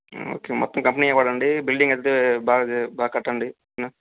okay మొత్తం కంపెనీయే వాడండి బిల్డింగ్ అయితే బాగా చే బాగా కట్టండి